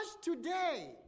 today